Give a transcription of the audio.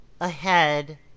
ahead